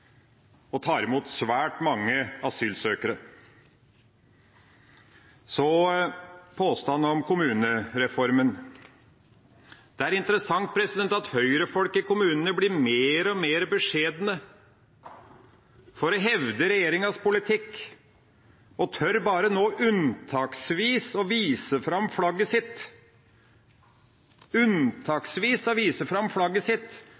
og tar imot svært mange asylsøkere. Så til påstanden om kommunereformen: Det er interessant at høyrefolk i kommunene blir mer og mer beskjedne i å hevde regjeringas politikk og tør nå bare unntaksvis å vise fram flagget sitt – unntaksvis å vise fram flagget sitt